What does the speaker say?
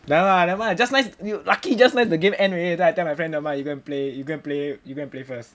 ya lah nevermind just nice you lucky you just nice the game end already then I tell my friend nevermind you go and play you go and play you go and play first